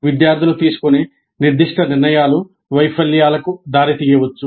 విద్యార్థులు తీసుకునే నిర్దిష్ట నిర్ణయాలు వైఫల్యాలకు దారితీయవచ్చు